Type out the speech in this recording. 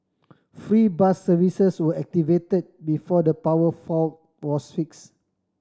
free bus services were activated before the power fault was fixed